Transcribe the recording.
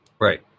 Right